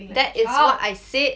that is what I said